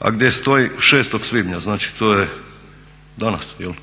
a gdje stoji, 6.svibnja znači to je danas, jučer,